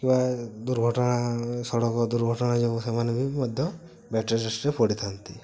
କିବା ଦୁର୍ଘଟଣା ସଡ଼କ ଦୁର୍ଘଟଣା ଯୋଗୁଁ ସେମାନେ ବି ମଧ୍ୟ ରେ ପଡ଼ିଥାନ୍ତି